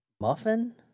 Muffin